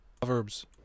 Proverbs